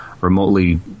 remotely